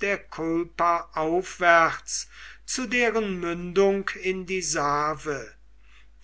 der kulpa aufwärts zu deren mündung in die save